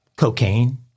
cocaine